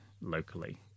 locally